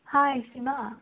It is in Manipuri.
ꯍꯥꯏ ꯏꯃꯥ